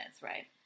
right